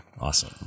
Awesome